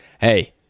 Hey